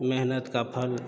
मेहनत का फल